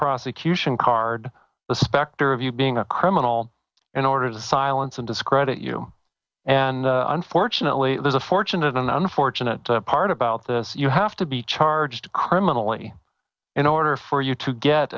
prosecution card the specter of you being a criminal in order to silence and discredit you and unfortunately there's a fortune an unfortunate part about this you have to be charged criminally in order for you to get